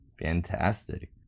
Fantastic